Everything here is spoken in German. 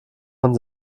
von